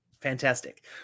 Fantastic